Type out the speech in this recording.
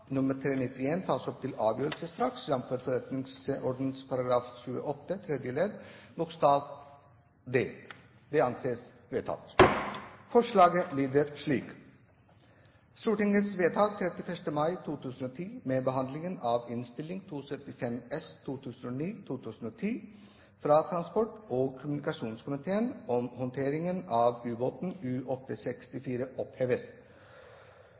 tas opp til avgjørelse straks, jf. forretningsordenens § 28 tredje ledd bokstav d. – Det anses vedtatt. Forslaget lyder: «I Stortingets vedtak 31. mai 2010 ved behandlingen av Innst. 275 S fra transport- og kommunikasjonskomiteen om håndteringen av ubåten U-864 – oppheves.